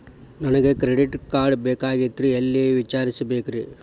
ನನಗೆ credit card ಬೇಕಾಗಿತ್ರಿ ಎಲ್ಲಿ ವಿಚಾರಿಸಬೇಕ್ರಿ?